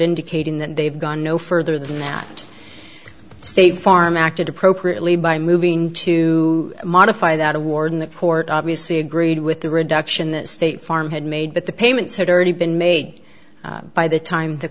indicating that they've gone no further than that state farm acted appropriately by moving to modify that award in the port obviously agreed with the reduction that state farm had made but the payments had already been made by the time the